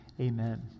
amen